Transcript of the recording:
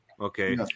Okay